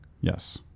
Yes